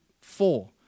four